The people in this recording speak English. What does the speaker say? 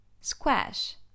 Squash